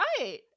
right